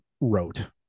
wrote